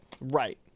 Right